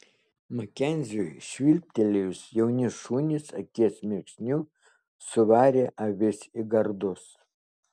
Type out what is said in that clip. makenziui švilptelėjus jauni šunys akies mirksniu suvarė avis į gardus